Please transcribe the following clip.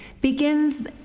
begins